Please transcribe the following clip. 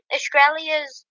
Australia's